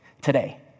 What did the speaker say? Today